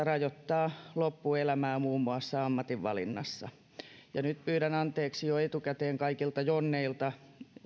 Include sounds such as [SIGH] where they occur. [UNINTELLIGIBLE] rajoittaa loppuelämää muun muassa ammatinvalinnassa ja nyt pyydän anteeksi jo etukäteen kaikilta jonneilta